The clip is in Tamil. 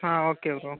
ah okay bro